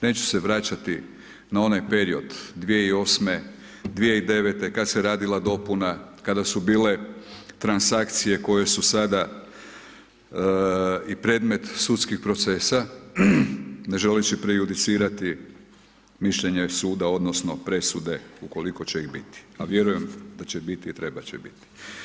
Neću se vraćati na onaj period 2008., 2009. kad se radila dopuna kada su bile transakcije koje su sada i predmet sudskih procesa, ne želeći prejudicirati mišljenje suda odnosno presude ukoliko će ih biti, a vjerujem da će ih biti i trebat će biti.